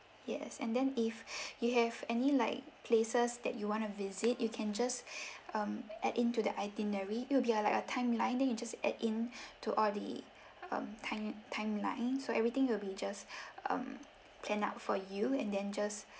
yes and then if you have any like places that you want to visit you can just um add in to the itinerary it will be uh like a timeline then you just add in to all the um time timeline so everything will be just um planned out for you and then just